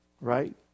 Right